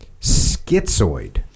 Schizoid